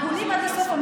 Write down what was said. הגונים עד הסוף?